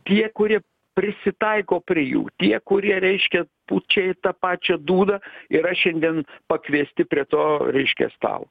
tie kurie prisitaiko prie jų tie kurie reiškia pučia į tą pačią dūdą yra šiandien pakviesti prie to reiškia stalo